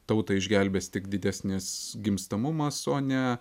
tautą išgelbės tik didesnis gimstamumas o ne